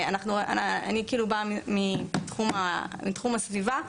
אני באה מתחום הסביבה,